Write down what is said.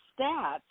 stats